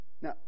Now